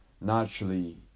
naturally